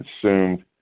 consumed